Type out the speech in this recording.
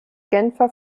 genfer